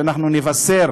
שאנחנו נבשר